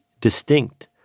distinct